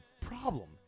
problem